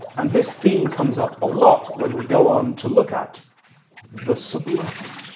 and this theme comes up a lot when we go on to look at the sublime.